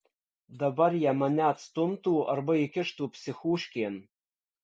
dabar jie mane atstumtų arba įkištų psichuškėn